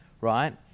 right